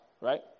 right